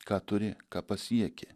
ką turi ką pasieki